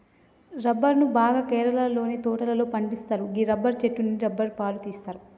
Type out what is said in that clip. రబ్బరును బాగా కేరళలోని తోటలలో పండిత్తరు గీ రబ్బరు చెట్టు నుండి రబ్బరు పాలు తీస్తరు